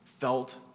felt